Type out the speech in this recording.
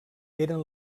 eren